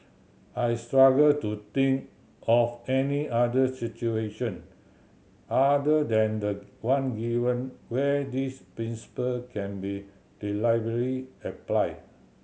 I struggle to think of any other situation other than the one given where this principle can be reliably applied